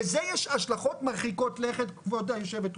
לזה יש השלכות מרחיקות לכת כבוד היושבת ראש,